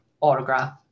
autograph